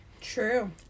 True